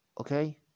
okay